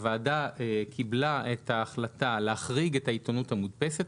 הוועדה קבלה את ההחלטה להחריג את העיתונות המודפסת,